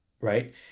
right